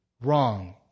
wrong